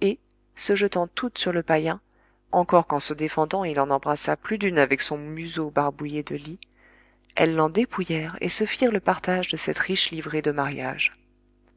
et se jetant toutes sur le païen encore qu'en se défendant il en embrassât plus d'une avec son museau barbouillé de lie elles l'en dépouillèrent et se firent le partage de cette riche livrée de mariage